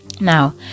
Now